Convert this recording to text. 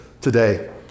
today